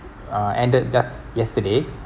uh ended just yesterday